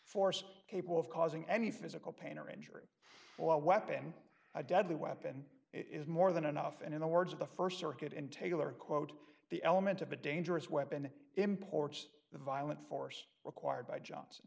force capable of causing any physical pain or injury or a weapon a deadly weapon it is more than enough and in the words of the st circuit in taylor quote the element of a dangerous weapon imports the violent force required by johnson